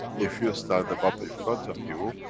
if you stand above in front of you,